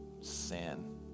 sin